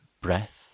breath